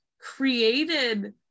created